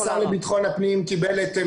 השר לבטחון פנים יודע היטב.